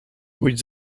pójdź